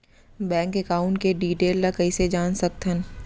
Bank account के detail ल कइसे जान सकथन?